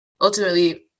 ultimately